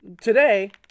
Today